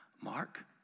Mark